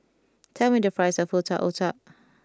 tell me the price of Otak Otak